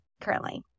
currently